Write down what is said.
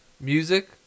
Music